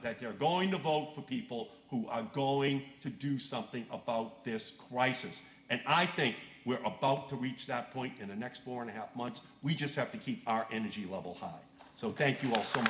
that they're going to vote for people who i'm going to do something about this crisis and i think we're about to reach that point in the next four and a half months we just have to keep our energy level so thank you al